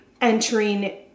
entering